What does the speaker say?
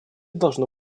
должно